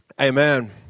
Amen